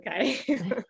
okay